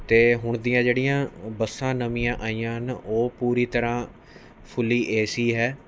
ਤੇ ਹੁਣ ਦੀਆਂ ਜਿਹੜੀਆਂ ਬੱਸਾਂ ਨਵੀਆਂ ਆਈਆਂ ਹਨ ਉਹ ਪੂਰੀ ਤਰ੍ਹਾਂ ਫੁੱਲੀ ਏ ਸੀ ਹੈ